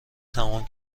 تمام